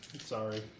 Sorry